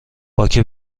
باک